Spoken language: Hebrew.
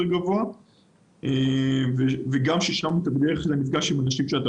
גבוה וגם אלה מקומות שבהם אתה בדרך כלל נפגש עם אנשים שאתה